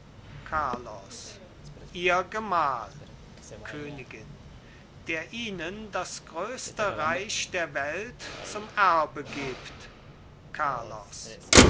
carlos ihr gemahl königin der ihnen das größte reich der welt zum erbe gibt carlos